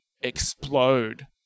explode